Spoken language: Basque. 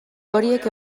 horiek